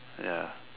ya